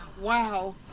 wow